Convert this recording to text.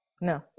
No